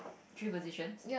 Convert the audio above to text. three positions